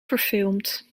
verfilmd